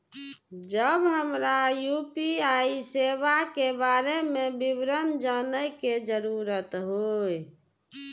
जब हमरा यू.पी.आई सेवा के बारे में विवरण जानय के जरुरत होय?